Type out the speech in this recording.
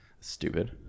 Stupid